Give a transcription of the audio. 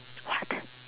what